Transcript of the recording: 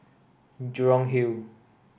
Jurong Hill